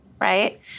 right